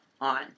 on